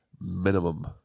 Minimum